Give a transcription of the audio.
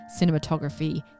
cinematography